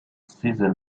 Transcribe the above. seasoned